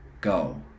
go